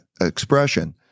expression